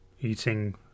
eating